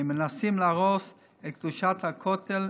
הם מנסים להרוס את קדושת הכותל,